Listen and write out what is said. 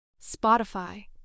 Spotify